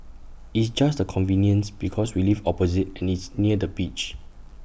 it's just the convenience because we live opposite and it's near the beach